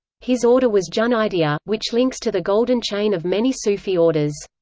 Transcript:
his order was junaidia, which links to the golden chain of many sufi orders.